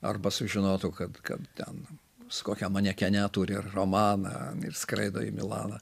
arba sužinotų kad kad ten su kokia manekene turi romaną ir skraido į milaną